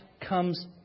comes